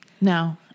No